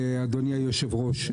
אדוני היושב-ראש,